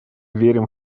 верим